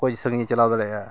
ᱚᱠᱚᱭ ᱥᱟᱺᱜᱤᱧᱮ ᱪᱟᱞᱟᱣ ᱫᱟᱲᱮᱭᱟᱜᱼᱟ